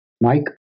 Mike